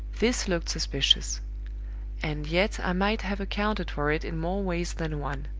this looked suspicious and yet i might have accounted for it in more ways than one.